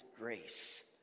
grace